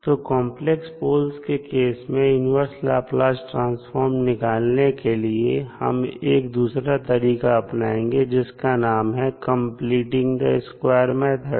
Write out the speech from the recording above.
तो complex poles के case में इन्वर्स लाप्लास ट्रांसफॉर्म निकालने के लिए हम एक दूसरा तरीका अपनाएंगे जिसका नाम है "completing the square" मेथड